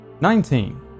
Nineteen